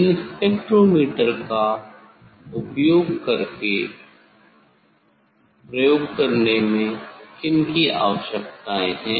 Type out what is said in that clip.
इन spectrometer को उपयोग कर प्रयोग करने में किन की आवश्यक्तायें हैं